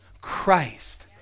Christ